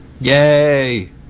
yay